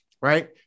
Right